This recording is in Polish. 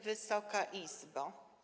Wysoka Izbo!